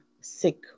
sick